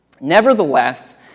Nevertheless